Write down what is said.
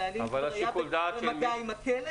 הבעלים כבר היה במגע עם הכלב,